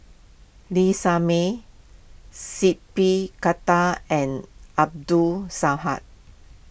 Lee Shermay seat P Khattar and Abdul Saha